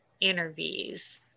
interviews